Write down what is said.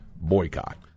boycott